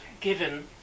given